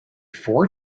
four